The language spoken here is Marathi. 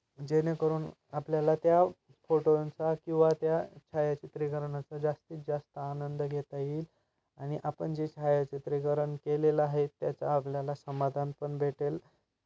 जेणेकरून आपल्याला त्या फोटोंचा किंवा त्या छायाचित्रीकरणाचा जास्तीत जास्त आनंद घेता येईल आणि आपण जे छायाचित्रीकरण केलेलं आहे त्याचा आपल्याला समाधान पण भेटेल